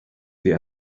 the